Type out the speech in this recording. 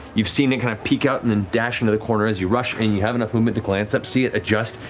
you've seen it kind of peek out and then and dash into the corner as you rush, and you have enough movement to glance up, see it adjust,